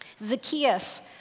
Zacchaeus